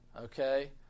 okay